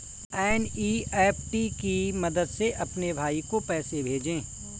NEFT की मदद से अपने भाई को पैसे भेजें